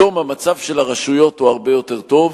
פתאום המצב של הרשויות הוא הרבה יותר טוב,